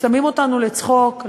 שמים אותנו לצחוק,